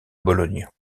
bologne